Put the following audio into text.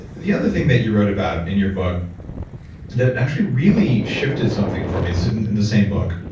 the other thing that you wrote about in your book that actually really shifted something for me, it's in in the same book,